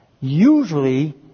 usually